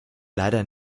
leider